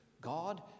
God